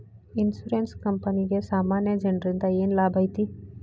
Insurance ಕ್ಂಪನಿಗೆ ಸಾಮಾನ್ಯ ಜನ್ರಿಂದಾ ಏನ್ ಲಾಭೈತಿ?